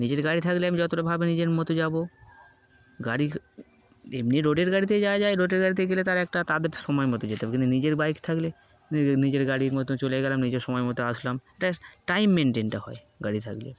নিজের গাড়ি থাকলে আমি যতটাভাবে নিজের মতো যাব গাড়ি এমনি রোডের গাড়িতে যাওয়া যায় রোডের গাড়িতে গেলে তারা একটা তাদের সময় মতো যেতে হবে কিন্তু নিজের বাইক থাকলে নিজের গাড়ির মতো চলে গেলাম নিজের সময় মতো আসলাম একটা টাইম মেনটেনটা হয় গাড়ি থাকলে